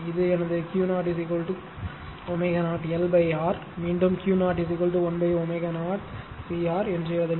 இது எனது Q0 Q0 ω0 L R மீண்டும் Q0 1ω0 CR என்று எழுதுங்கள்